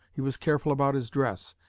he was careful about his dress,